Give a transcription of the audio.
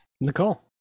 Nicole